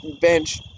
bench